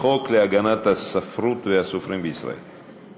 אנחנו עוברים להצעת חוק להגנת הספרות והסופרים בישראל (הוראת שעה)